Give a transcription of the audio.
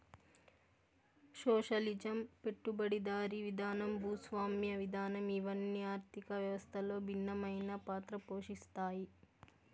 socialism పెట్టుబడిదారీ విధానం భూస్వామ్య విధానం ఇవన్ని ఆర్థిక వ్యవస్థలో భిన్నమైన పాత్ర పోషిత్తాయి